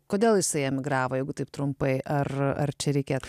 kodėl jisai emigravo jeigu taip trumpai ar ar čia reikėtų